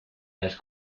las